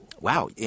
Wow